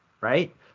right